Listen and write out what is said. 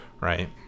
right